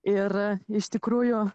ir iš tikrųjų